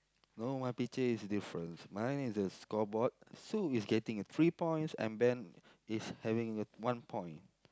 no my picture is difference mine is a scoreboard Sue is getting a three points and Ben is having a one point